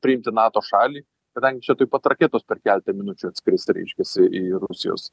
priimti nato šalį kadangi čia tuoj pat raketos per keletą minučių atskris reiškias į rusijos